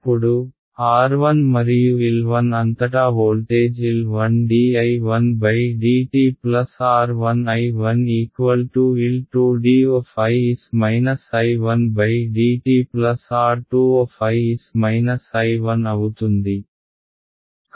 ఇప్పుడు R 1 మరియు L 1 అంతటా voltage L1 dI1dt R1 I1 L2 ddt R2 అవుతుంది